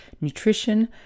nutrition